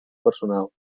personal